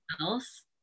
else